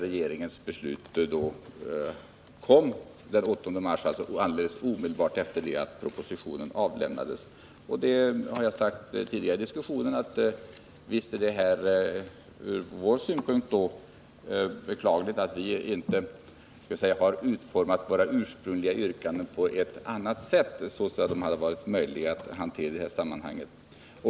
Regeringens beslut kom den 8 mars, omedelbart efter det att propositionen avlämnats. Jag har sagt tidigare i diskussionen att visst är det ur vår synpunkt beklagligt att vi inte låt mig säga utformat våra ursprungliga yrkanden på ett annat sätt, så att de hade varit möjliga att hantera i detta sammanhang.